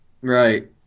Right